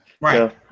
Right